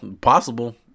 possible